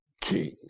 king